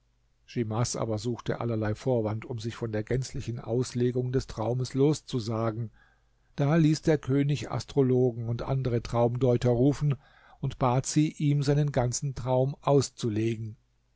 schimas aber suchte allerlei vorwand um sich von der gänzlichen auslegung des traumes loszusagen da ließ der könig astrologen und andere traumdeuter rufen und bat sie ihm seinen ganzen traum auszulegen